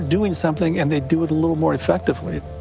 doing something and they do it a little more effectively.